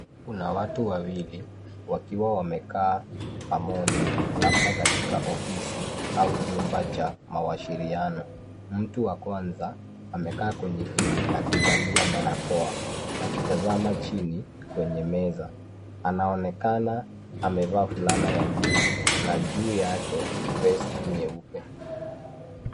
Kuna watu wawili wakiwa wamekaa pamoja labda katika ofisi au jumba cha mawasiliano. Mtu wa kwanza amekaa kwenye kiti akivalia barakoa akitazama chini kwenye meza. Anaonekana amevaa fulana ya buluu na juu yake vesti nyeupe.